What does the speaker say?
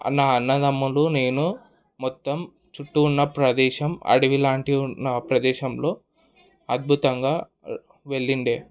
నా అన్నదమ్ములు నేను మొత్తం చుట్టూ ఉన్న ప్రదేశం అడివి లాంటి ఉన్న ప్రదేశంలో అద్భుతంగా వెల్లిండే